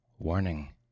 Warning